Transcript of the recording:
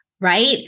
right